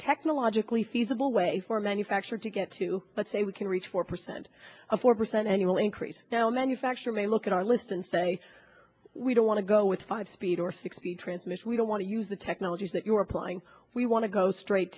technologically feasible way for manufacture to get to but say we can reach four percent a four percent annual increase now manufacture may look at our list and say we don't want to go with five speed or sixty transmission we don't want to use the technologies that you're applying we want to go straight